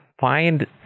find